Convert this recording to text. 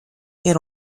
era